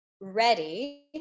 ready